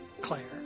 Claire